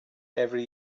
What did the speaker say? every